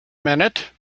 minute